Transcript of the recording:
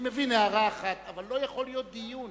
אני מבין, הערה אחת, אבל לא יכול להיות דיון.